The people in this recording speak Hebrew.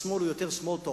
השמאל הוא יותר small talk